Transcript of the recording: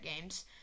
games